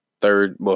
third